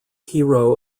hero